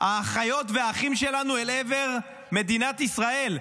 האחיות והאחים שלנו אל עבר מדינת ישראל,